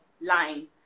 line